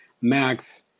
Max